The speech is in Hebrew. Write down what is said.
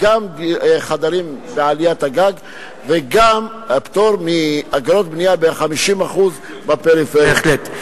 גם חדרים בעליית הגג וגם את הפטור מאגרות בנייה ב-50% בפריפריה.